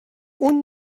اون